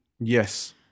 Yes